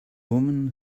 woman